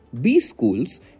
B-Schools